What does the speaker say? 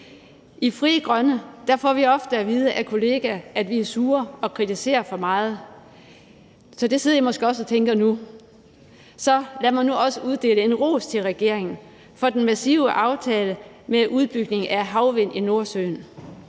I Frie Grønne får vi ofte at vide af kollegaer, at vi er sure og kritiserer for meget, og det sidder I måske også og tænker nu, så lad mig nu også uddele en ros til regeringen for den massive aftale om udbygning af havvind i Nordsøen.